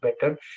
better